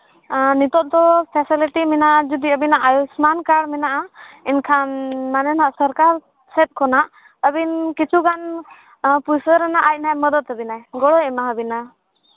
ᱱᱤᱛᱳᱜ ᱫᱚ ᱯᱷᱮᱥᱮᱞᱤᱴᱤ ᱢᱮᱱᱟᱜᱼᱟ ᱡᱩᱫᱤ ᱟᱹᱵᱤᱱᱟᱜ ᱟᱭᱩᱥᱢᱟᱱ ᱠᱟᱨᱰ ᱢᱮᱱᱟᱜᱼᱟ ᱮᱱᱠᱷᱟᱱ ᱢᱟᱨᱮᱱᱟᱜ ᱥᱚᱨᱠᱟᱨ ᱥᱮᱫ ᱠᱷᱚᱱᱟᱜ ᱟᱹᱵᱤᱱ ᱠᱤᱪᱷᱩᱜᱟᱱ ᱯᱩᱭᱥᱟᱹ ᱨᱮᱱᱟᱜ ᱟᱭᱢᱟᱭ ᱢᱚᱫᱚᱫ ᱵᱮᱱᱟ ᱜᱚᱲᱚᱭ ᱮᱢᱟ ᱟ ᱵᱤᱱᱟ